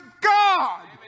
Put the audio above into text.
God